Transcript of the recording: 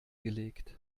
gelegt